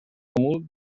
comú